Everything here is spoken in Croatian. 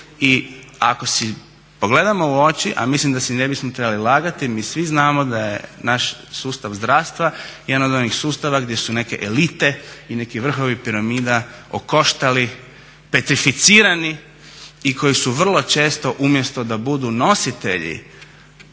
i ako si pogledamo u oči, a mislim da si ne bismo trebali lagati, mi svi znamo da je naš sustav zdravstva jedan od onih sustava gdje su neke elite i neki vrhovi piramida okoštali, petrificirani i koji su vrlo često umjesto da budu nositelji